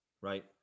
right